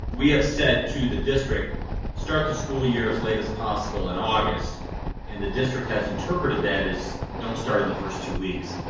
we have said to the district start the school year as late as possible in august and the district has interpreted that is don't start in the first two weeks.